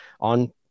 on